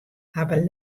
hawwe